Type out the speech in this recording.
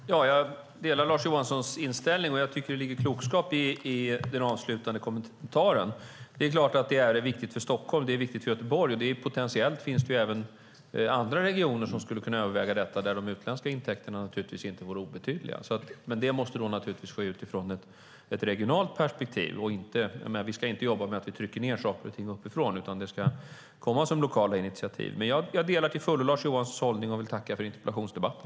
Fru talman! Jag delar Lars Johanssons inställning, och jag tycker att det ligger klokskap i den avslutande kommentaren. Det är klart att det är viktigt för Stockholm och att det är viktigt för Göteborg. Potentiellt finns det även andra regioner som skulle kunna överväga detta, där de utländska intäkterna naturligtvis inte vore obetydliga. Men det måste naturligtvis ske utifrån ett regionalt perspektiv. Vi ska inte jobba med att vi trycker ned saker och ting uppifrån utan detta ska komma som lokala initiativ. Men jag delar till fullo Lars Johanssons hållning och vill tacka för interpellationsdebatten.